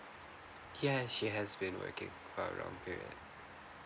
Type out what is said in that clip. yes she has been working for a long period